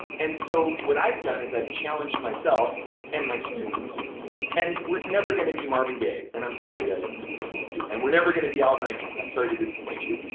and so, what i've done is i've challenged myself and my students and we're never going to be marvin gaye and i'm sorry guys to disappoint you and we're never going to be al green and and i'm sorry to disappoint you,